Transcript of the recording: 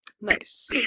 Nice